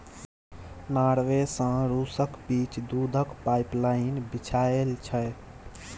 Norway सँ रुसक बीच दुधक पाइपलाइन बिछाएल छै